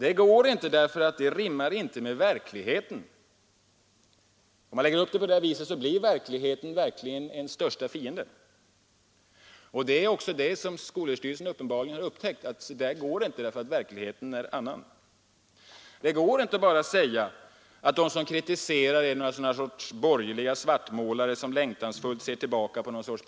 Det går inte därför att det inte rimmar med verkligheten. Om man lägger upp det på det här viset så blir verkligheten ens största fiende. Det är också det som skolöverstyrelsen uppenbarligen har upptäckt — att så här går det inte därför att verkligheten är en annan. Det går inte att bara säga att de som kritiserar är borgerliga svartmålare som längtansfullt ser tillbaka på någon sorts